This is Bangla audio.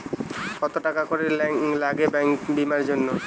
কত টাকা করে লাগে ব্যাঙ্কিং বিমার জন্য?